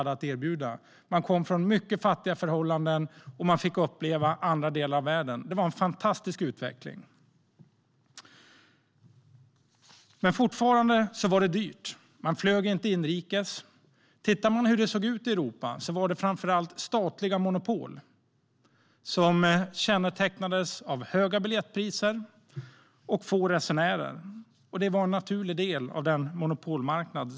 De kom från mycket fattiga förhållanden och fick uppleva andra delar av världen. Det var en fantastisk utveckling. Men det var fortfarande dyrt, och man flög inte inrikes. Flyget i Europa bestod framför allt av statliga monopol med höga biljettpriser och få resenärer. Det var en naturlig del av denna monopolmarknad.